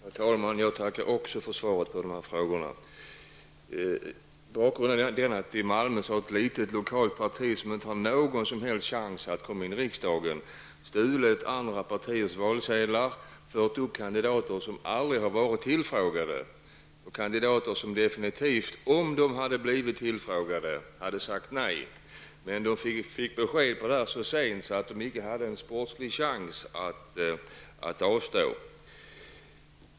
Herr talman! Även jag tackar för svaret på frågan. Bakgrunden till min fråga är att ett litet, lokalt parti i Malmö, som inte har någon som helst chans att komma in i riksdagen, har stulit andra partiers valsedlar och fört upp kandidater som aldrig har varit tillfrågade och som, om de hade blivit tillfrågade, definitivt hade sagt nej. Men kandidaterna fick besked om att de blivit uppsatta på listan så sent att de inte hade en sportslig chans att avstå.